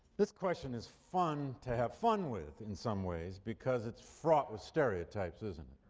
this question is fun to have fun with in some ways because it's fraught with stereotypes, isn't